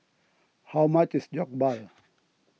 how much is Jokbal